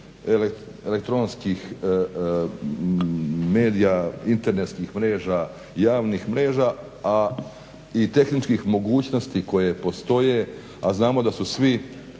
elektronskih medija, internetskih mreža, javnih mreža i tehničkih mogućnosti koje postoje, a znamo da su svi